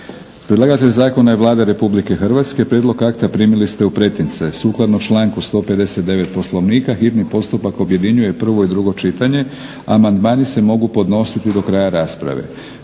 Predlagatelj Zakona je Vlada RH. Prijedlog akta primili ste u pretince. Sukladno članku 159. Poslovnika hitni postupak objedinjuje prvo i drugo čitanje. Amandmani se mogu podnositi do kraja rasprave.